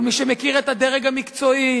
כל מי שמכיר את הדרג המקצועי,